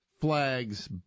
Flags